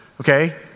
okay